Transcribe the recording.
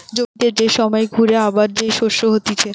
জমিতে যে সময় ঘুরে আবার যে শস্য হতিছে